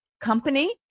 company